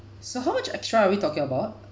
so how much extra are we talking about